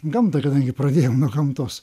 gamtą kadangi pradėjom nuo gamtos